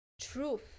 truth